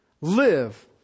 live